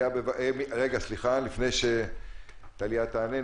לפני שטליה תענה,